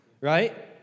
Right